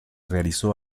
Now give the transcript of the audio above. realizó